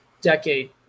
decade